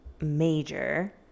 major